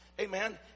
Amen